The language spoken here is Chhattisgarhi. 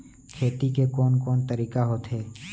खेती के कोन कोन तरीका होथे?